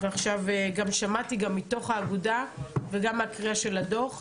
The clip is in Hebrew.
וגם שמעתי מתוך האגודה וגם מהקריאה של הדוח,